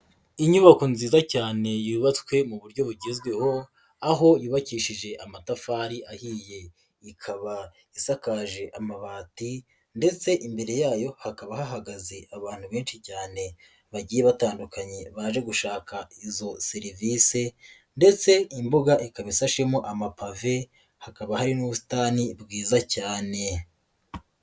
Inyubako nziza cyane yubatswe mu buryo bugezweho, aho yubakishije amatafari ahiye. Ikaba isakaje amabati ndetse imbere yayo hakaba hahagaze abantu benshi cyane bagiye batandukanye baje gushaka izo serivisi ndetse imbuga ikaba ishashemo amapave, hakaba hari n'ubusitani bwiza cyane.